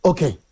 Okay